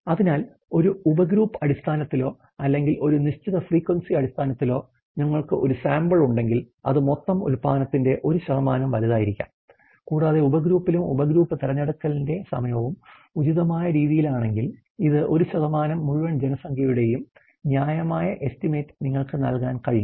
അതിനാൽ ഒരു ഉപഗ്രൂപ്പ് അടിസ്ഥാനത്തിലോ അല്ലെങ്കിൽ ഒരു നിശ്ചിത ഫ്രീക്വൻസി അടിസ്ഥാനത്തിലോ ഞങ്ങൾക്ക് ഒരു സാമ്പിൾ ഉണ്ടെങ്കിൽ അത് മൊത്തം ഉൽപാദനത്തിന്റെ 1 വലുതായിരിക്കാം കൂടാതെ ഉപഗ്രൂപ്പിംഗും ഉപഗ്രൂപ്പ് തിരഞ്ഞെടുക്കലിന്റെ സമയവും ഉചിതമായ രീതിയിലാണെങ്കിൽ ഇത് 1 മുഴുവൻ ജനസംഖ്യയുടെയും ന്യായമായ എസ്റ്റിമേറ്റ് നിങ്ങൾക്ക് നൽകാൻ കഴിയും